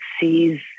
sees